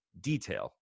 detail